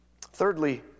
Thirdly